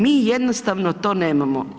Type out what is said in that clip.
Mi jednostavno to nemamo.